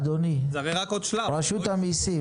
אדוני, רשות המיסים,